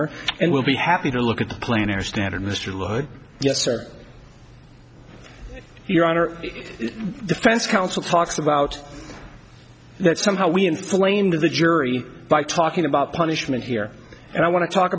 or and we'll be happy to look at the plan or standard mr hood yes sir your honor the defense counsel talks about that somehow we inflame the jury by talking about punishment here and i want to talk